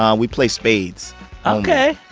um we play spades ok